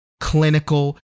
clinical